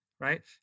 right